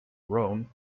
roan